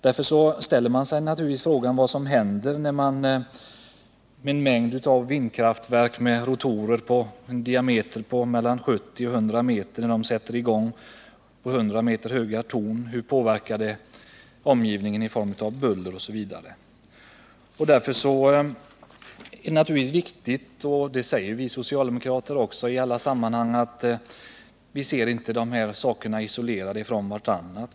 Därför ställer man sig naturligtvis frågan vad som händer när en mängd vindkraftverk med rotorer med en diameter på mellan 70 och 100 m på 100 m höga torn sätter i gång. Hur påverkar det omgivningen i form av buller m.m.? Mot denna bakgrund påpekar vi socialdemokrater i alla sammanhang att vi inte ser de här frågorna isolerade från varandra.